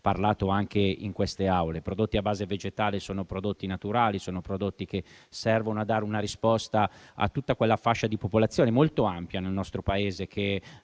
parlato anche in queste Aule. I prodotti a base vegetale sono prodotti naturali, che servono a dare una risposta a tutta quella fascia di popolazione, molto ampia nel nostro Paese, che